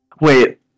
Wait